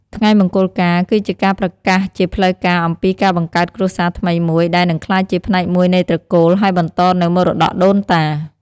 ថ្ងៃមង្គលការគឺជាការប្រកាសជាផ្លូវការអំពីការបង្កើតគ្រួសារថ្មីមួយ ដែលនឹងក្លាយជាផ្នែកមួយនៃត្រកូល ហើយបន្តនូវមរតកដូនតា។